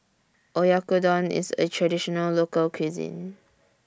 Oyakodon IS A Traditional Local Cuisine